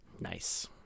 Nice